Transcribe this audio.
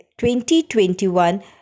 2021